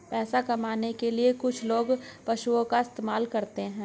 पैसा कमाने के लिए कुछ लोग पशुओं का इस्तेमाल करते हैं